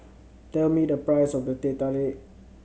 tell me the price of the Teh Tarik